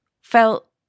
felt